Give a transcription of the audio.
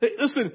Listen